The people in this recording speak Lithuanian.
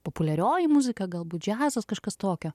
populiarioji muzika galbūt džiazas kažkas tokio